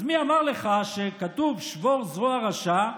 מי אמר לך שכשכתוב "שבר זרוע רשע",